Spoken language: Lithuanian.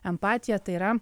empatija tai yra